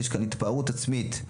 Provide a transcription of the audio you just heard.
יש כאן התפארות עצמית.